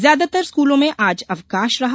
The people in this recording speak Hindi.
ज्यादातर स्कूलों में आज अवकाश रहा